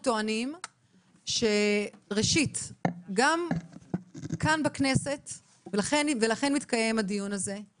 טענתנו שגם בכנסת יש